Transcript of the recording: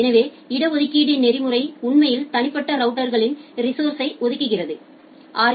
எனவே இட ஒதுக்கீடு நெறிமுறை உண்மையில் தனிப்பட்ட ரவுட்டர்களில் ரிஸோஸர்ஸை ஒதுக்குகிறது ஆர்